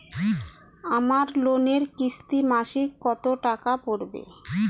আমার লোনের কিস্তি মাসিক কত টাকা পড়বে?